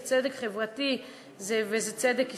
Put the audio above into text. זה צדק חברתי וזה צדק היסטורי.